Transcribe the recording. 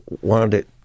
wanted